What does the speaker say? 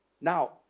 Now